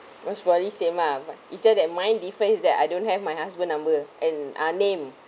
was mostly same ah but it just that mine different is that I don't have my husband number and ah name